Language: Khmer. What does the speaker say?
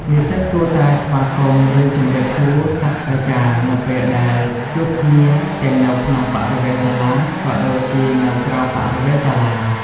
និស្សិតគួរតែ ស្វាគមន៍ ឬជម្រាបសួរ សាស្រ្តាចារ្យនៅពេលដែលជួបគ្នាទាំងនៅក្នុងបរិវេណសាលា ក៏ដូចជានៅក្រៅបរិវេណសាលា។